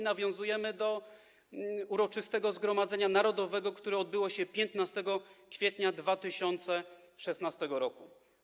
Nawiązujemy do uroczystego Zgromadzenia Narodowego, które odbyło się 15 kwietnia 2016 r.